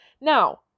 Now